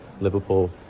Liverpool